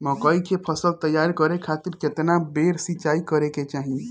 मकई के फसल तैयार करे खातीर केतना बेर सिचाई करे के चाही?